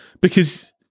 Because-